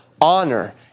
honor